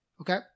Okay